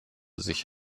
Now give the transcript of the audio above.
sich